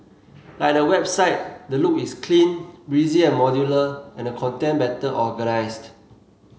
like the website the look is clean breezy and modular and the content better organised